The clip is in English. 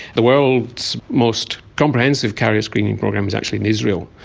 the world's most comprehensive carrier screening program is actually in israel,